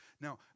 now